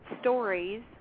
stories